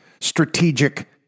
strategic